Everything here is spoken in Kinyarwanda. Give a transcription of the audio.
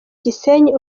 gisenyi